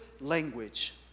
language